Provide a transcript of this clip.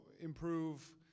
improve